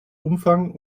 umfang